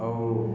ଆଉ